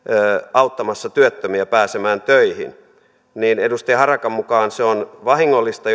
auttamassa työttömiä pääsemään töihin niin edustaja harakan mukaan se on vahingollista